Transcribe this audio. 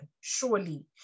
surely